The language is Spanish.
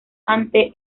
ante